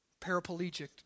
paraplegic